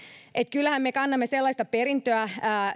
kyllähän me kannamme sellaista perintöä